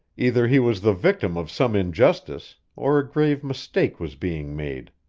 either he was the victim of some injustice, or a grave mistake was being made.